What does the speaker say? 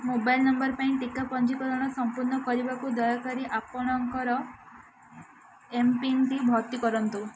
mobile number ପାଇଁ ଟିକା ପଞ୍ଜୀକରଣ ସଂପୂର୍ଣ୍ଣ କରିବାକୁ ଦୟାକରି ଆପଣଙ୍କର ଏମ୍ପିନ୍ଟି ଭର୍ତ୍ତି କରନ୍ତୁ